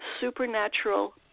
supernatural